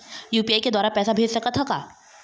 UPI के द्वारा पैसा भेज सकत ह का?